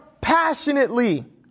passionately